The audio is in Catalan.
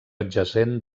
adjacent